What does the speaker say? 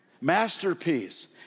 Masterpiece